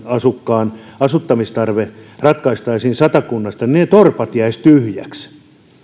asukkaan asuttamistarpeen ratkaisisimme satakunnassa ne torpat jäisivät tyhjiksi